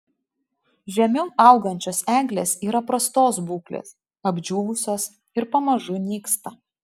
žemiau augančios eglės yra prastos būklės apdžiūvusios ir pamažu nyksta